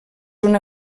una